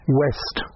west